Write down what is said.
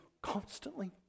constantly